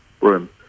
room